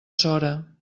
sora